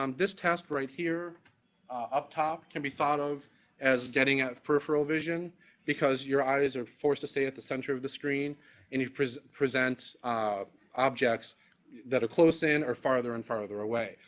um this task right here up top can be thought of as getting ah a peripheral vision because your eyes are forced to stay at the center of the screen and you present present um objects that are close in or farther and farther away.